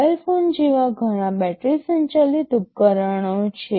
mobile phone જેવા ઘણા battery સંચાલિત ઉપકરણો છે